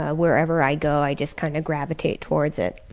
ah wherever i go i just kind of gravitate towards it.